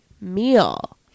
meal